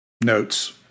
notes